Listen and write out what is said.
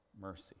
mercy